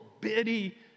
bitty